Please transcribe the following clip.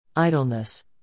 Idleness